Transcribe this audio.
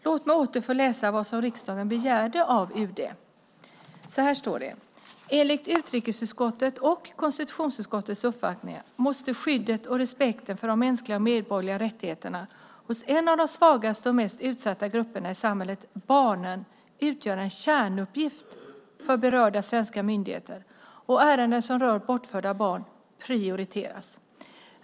Låt mig åter få läsa vad det var som riksdagen begärde av UD: "Enligt utrikesutskottets" - och konstitutionsutskottets - "uppfattning måste skyddet och respekten för de mänskliga och medborgerliga rättigheterna hos en av de svagaste och mest utsatta grupperna i samhället - barnen - utgöra en kärnuppgift för berörda svenska myndigheter och ärenden som rör bortförda barn prioriteras.